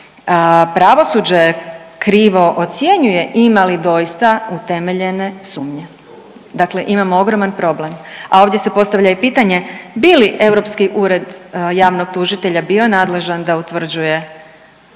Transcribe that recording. pravosuđe krivo ocjenjuje ima li doista utemeljene sumnje. Dakle, imamo ogroman problem. A ovdje se postavlja i pitanje bi li Europski ured javnog tužitelja bio nadležan da utvrđuje